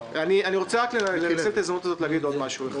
אני רוצה רק לנצל את ההזדמנות הזאת להגיד עוד משהו אחד,